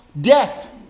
death